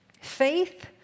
Faith